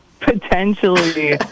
potentially